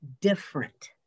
different